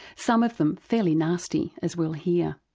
some of them fairly nasty as we'll hear.